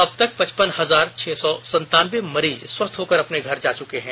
अब तक पचपन हजार छह सौ संतानवें मरीज स्वस्थ होकर अपने घर जा चुके हैं